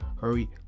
hurry